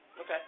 Okay